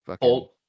Old